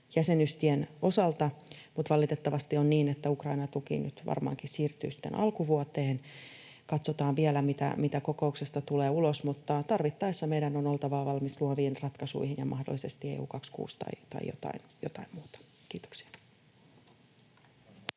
jäsenyystien osalta, mutta valitettavasti on niin, että Ukrainan tuki nyt varmaankin siirtyy sitten alkuvuoteen. Katsotaan vielä, mitä kokouksesta tulee ulos, mutta tarvittaessa meidän on oltava valmis luoviin ratkaisuihin — mahdollisesti EU26 tai jotain muuta. — Kiitoksia.